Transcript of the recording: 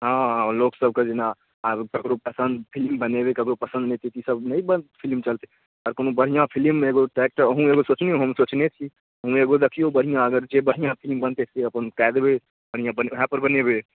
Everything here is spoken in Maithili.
हँ हँ लोकसबके जेना आब ककरो पसन्द फिरभी बनेबै ककरो पसन्द नहि छै ईसब नहि फिलिम चलतै कोनो बढ़िआँ फिलिम एगो डाइरेक्टर अहूँ एगो सोचिऔ हम सोचने छी अहूँ देखिऔ एगो बढ़िआँ जे फिलिम बढ़िआँ बनतै से अपन कऽ देबै पहिने अपन वएहपर बनेबै